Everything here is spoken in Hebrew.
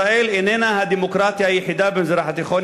ישראל איננה הדמוקרטיה היחידה במזרח התיכון,